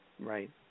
Right